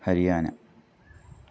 Haryana